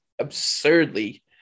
absurdly